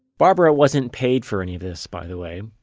barbara wasn't paid for any of this, by the way.